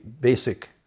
basic